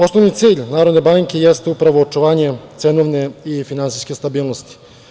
Osnovni cilj Narodne banke jeste upravo očuvanje cenovne i finansijske stabilnosti.